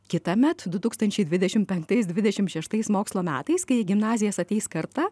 kitąmet du tūkstančiai dvidešimt penktais dvidešimt šeštaisiais mokslo metais kai į gimnazijas ateis karta